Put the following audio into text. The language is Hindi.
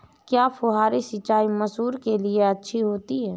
क्या फुहारी सिंचाई मसूर के लिए अच्छी होती है?